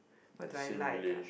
what do I like ah